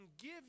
give